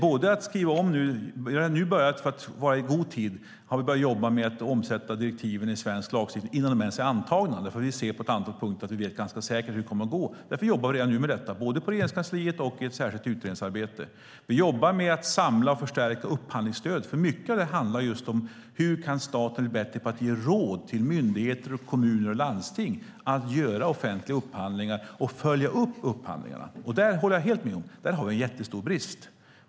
För att vara ute i god tid har vi börjat jobba med att omsätta direktiven i svensk lagstiftning innan de ens är antagna. Vi ser nämligen på ett antal punkter att vi vet ganska säkert hur det kommer att gå, och därför jobbar vi redan nu med detta både på Regeringskansliet och i ett särskilt utredningsarbete. Vi jobbar med att samla och förstärka upphandlingsstödet, för mycket av det handlar just om hur staten kan bli bättre på att ge råd till myndigheter, kommuner och landsting vid offentliga upphandlingar och när det gäller att följa upp upphandlingarna. Där håller jag helt med om att vi har en jättestor brist.